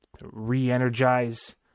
re-energize